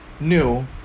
New